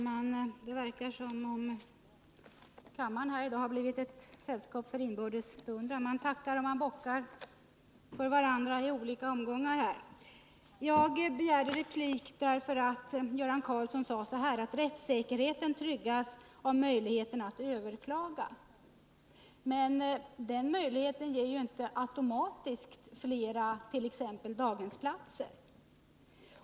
Herr talman! Det verkar som om kammaren i dag har blivit ett forum för sällskapet för inbördes beundran. Man bockar för och tackar varandra i olika omgångar. Jag begärde replik med anledning av att Göran Karlsson sade att rättssäkerheten tryggas av möjligheten att överklaga. Men den möjligheten ger inte automatiskt t.ex. fler daghemsplatser.